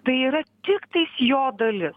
tai yra tiktais jo dalis